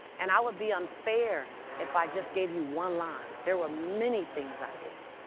and i would be unfair if i just gave you one line. there were many things i did.